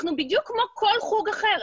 אנחנו בדיוק כמו כל חוג אחר,